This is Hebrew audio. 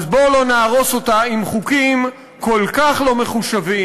אז בואו לא נהרוס אותה עם חוקים כל כך לא מחושבים,